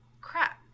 Crap